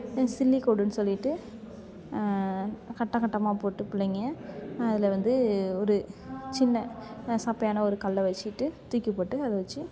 சில்லிக்கோடுன் சொல்லிட்டு கட்டங்கட்டமாக போட்டு பிள்ளைங்க அதில் வந்து ஒரு சின்ன சப்பையான ஒரு கல்லை வச்சிட்டு தூக்கி போட்டு அதை வச்சி